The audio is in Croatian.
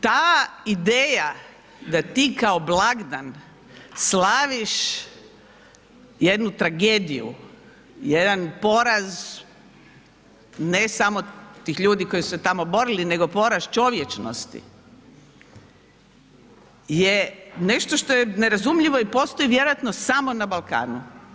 Ta ideja da ti kao blagdan slaviš jednu tragediju, jedan poraz ne samo tih ljudi koji su se tamo borili nego poraz čovječnosti je nešto što je nerazumljivo i postoji vjerojatno samo na Balkanu.